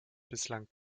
bislang